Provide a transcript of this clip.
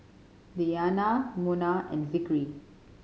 Diyana Munah and Zikri